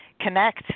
connect